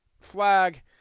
Flag